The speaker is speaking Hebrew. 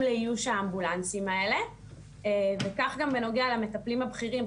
לאיוש האמבולנסים האלה וכך גם בנוגע למטפלים הבכירים,